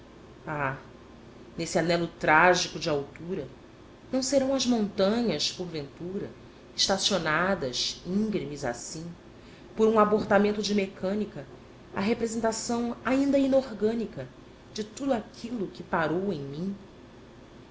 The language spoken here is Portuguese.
nesse anelo trágico de altura não serão as montanhas porventura estacionadas íngremes assim por um abortamento de mecânica a representação ainda inorgânica de tudo aquilo que parou em mim